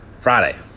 Friday